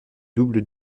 double